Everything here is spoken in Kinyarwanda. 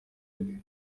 bwe